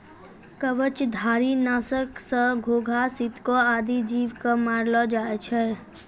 कवचधारी? नासक सँ घोघा, सितको आदि जीव क मारलो जाय छै